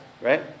right